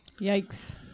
Yikes